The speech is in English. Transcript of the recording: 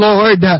Lord